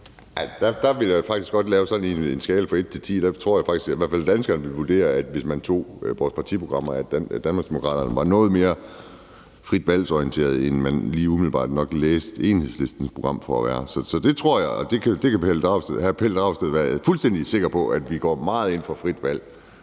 Der ville jeg faktisk godt lave sådan en skala fra 1 til 10; der tror jeg faktisk, at hvis man tog vores partiprogrammer, så ville danskerne vurdere, at Danmarksdemokraterne var noget mere fritvalgsorienteret, end man nok lige umiddelbart ville læse Enhedslistens program for at være. Det tror jeg, og det kan hr. Pelle Dragsted være fuldstændig sikker på, altså at vi går meget ind for frit valg.